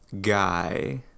guy